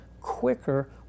quicker